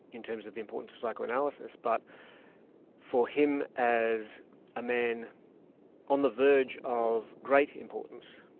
in terms of the importance of psychoanalysis, but for him as a man on the verge of great importance,